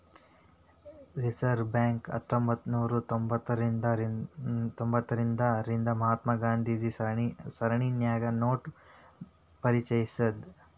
reserve Bank ಹತ್ತೊಂಭತ್ನೂರಾ ತೊಭತಾರ್ರಿಂದಾ ರಿಂದ ಮಹಾತ್ಮ ಗಾಂಧಿ ಸರಣಿನ್ಯಾಗ ನೋಟ ಪರಿಚಯಿಸೇದ್